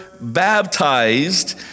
baptized